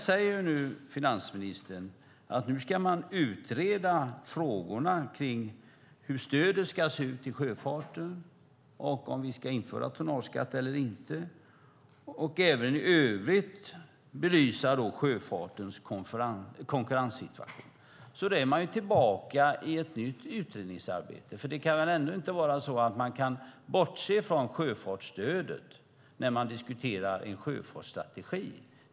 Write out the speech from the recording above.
Finansministern säger nämligen att man nu ska utreda hur stödet till sjöfarten ska se ut och om det ska införas tonnageskatt eller inte. Man ska även i övrigt belysa sjöfartens konkurrenssituation. Då är man alltså tillbaka i ett nytt utredningsarbete, för man kan väl inte bortse från sjöfartsstödet när man diskuterar en sjöfartsstrategi?